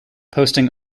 posting